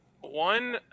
One